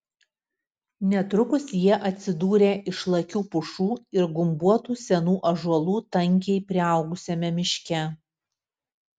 netrukus jie atsidūrė išlakių pušų ir gumbuotų senų ąžuolų tankiai priaugusiame miške